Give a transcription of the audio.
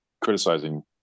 criticizing